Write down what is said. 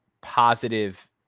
positive